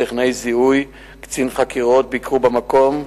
טכנאי זיהוי וקצין חקירות ביקרו במקום,